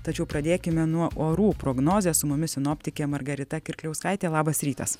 tačiau pradėkime nuo orų prognozės su mumis sinoptikė margarita kirkliauskaitė labas rytas